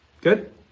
Good